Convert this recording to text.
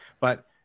but-